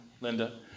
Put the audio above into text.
Linda